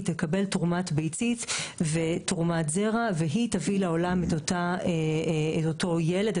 היא תקבל תרומת ביצית ותרומת זרע והיא תביא לעולם את אותו ילד,